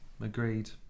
agreed